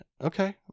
Okay